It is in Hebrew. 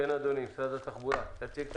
נציג משרד התחבורה, תציג את